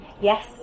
Yes